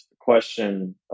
question